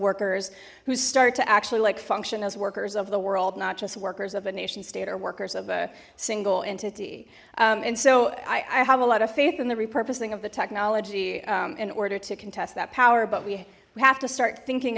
workers who start to actually like function as workers of the world not just workers of a nation state or workers of a single entity and so i have a lot of faith in the repurposing of the technology in order to contest that power but we have to start thinking